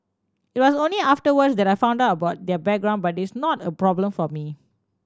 it was only afterwards that I found out about their background but it's not a problem for me